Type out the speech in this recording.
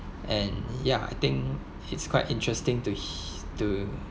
and ya I think it's quite interesting to he to